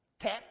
tap